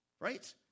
right